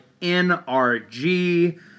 NRG